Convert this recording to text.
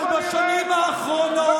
אבל בשנים האחרונות,